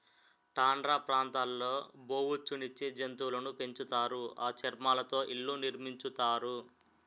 tundra ప్రాంతాల్లో బొఉచ్చు నిచ్చే జంతువులును పెంచుతారు ఆ చర్మాలతో ఇళ్లు నిర్మించుతారు